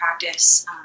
practice